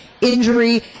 injury